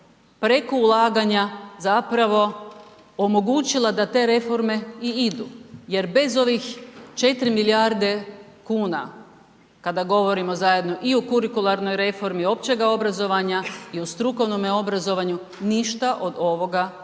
preko ulaganja zapravo omogućila da te reforme i idu jer bez ovih 4 milijarde kuna, kada govorimo zajedno i o kurikularnoj reformi općega obrazovanja i u strukovnome obrazovanju, ništa od ovoga ne